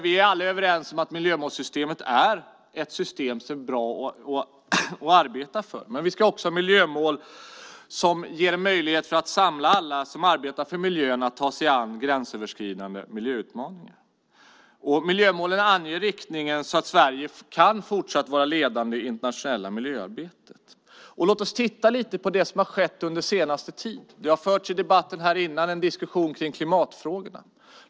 Vi är alla överens om att miljömålssystemet är ett system som är bra att arbeta för, men vi ska också ha miljömål som ger möjlighet att samla alla som arbetar för miljön att ta sig an gränsöverskridande miljöutmaningar. Miljömålen anger riktningen så att Sverige fortsatt kan vara ledande i det internationella miljöarbetet. Det har i debatten här innan förts en diskussion om klimatfrågorna.